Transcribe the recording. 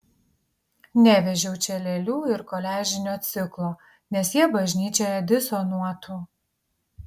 nevežiau čia lėlių ir koliažinio ciklo nes jie bažnyčioje disonuotų